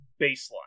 baseline